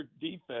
defense